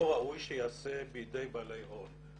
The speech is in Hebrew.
לא ראוי שייעשה בידי בעלי הון.